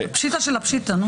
פשיטה של הפשיטה.